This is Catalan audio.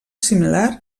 similar